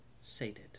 sated